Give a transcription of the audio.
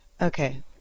Okay